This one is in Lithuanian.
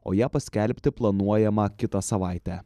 o ją paskelbti planuojama kitą savaitę